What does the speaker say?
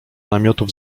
namiotów